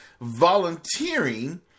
volunteering